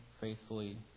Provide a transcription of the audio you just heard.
faithfully